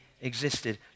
existed